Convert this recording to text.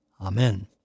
Amen